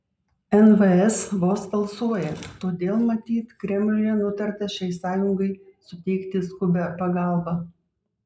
nvs vos alsuoja todėl matyt kremliuje nutarta šiai sąjungai suteikti skubią pagalbą